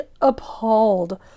appalled